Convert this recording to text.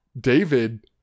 David